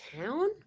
town